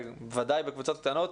ובוודאי בקבוצות קטנות,